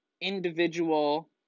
Individual